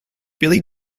billy